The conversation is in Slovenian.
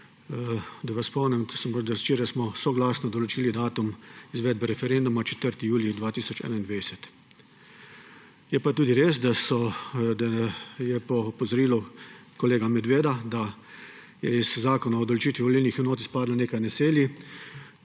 Da vas spomnim, včeraj smo soglasno določili datum izvede referenduma 4. julij 2021. Je pa tudi res, da je po opozorilu kolega Medveda, da je iz Zakona o določitvi volilnih enot izpadlo nekaj naselij